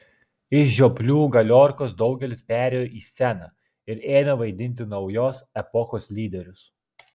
iš žioplių galiorkos daugelis perėjo į sceną ir ėmė vaidinti naujos epochos lyderius